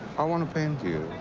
i want to paint you.